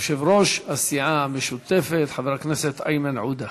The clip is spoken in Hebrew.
יושב-ראש הסיעה המשותפת חבר הכנסת איימן עודה.